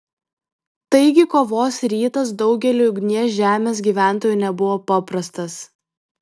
taigi kovos rytas daugeliui ugnies žemės gyventojų nebuvo paprastas